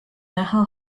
näha